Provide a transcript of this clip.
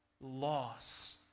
loss